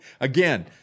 again